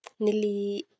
Nili